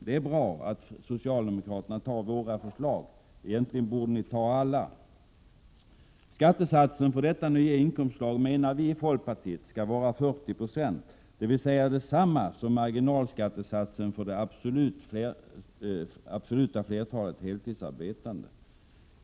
Det är bra att socialdemokraterna tar våra förslag — egentligen borde de ta alla. Skattesatsen på detta nya inkomstslag skall enligt folkpartiet vara 40 96, dvs. detsamma som marginalskattesatsen för det absoluta flertalet heltidsarbetande.